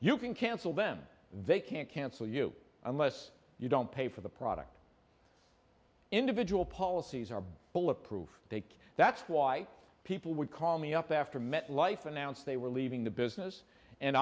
you can cancel them they can't cancel you unless you don't pay for the product individual policies are bulletproof take that's why people would call me up after met life announced they were leaving the business and